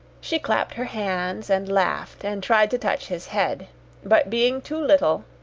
she clapped her hands and laughed, and tried to touch his head but being too little,